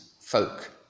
folk